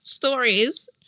stories